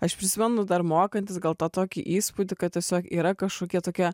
aš prisimenu dar mokantis gal tą tokį įspūdį kad tiesiog yra kažkokia tokia